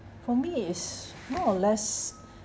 for me is more or less